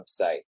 website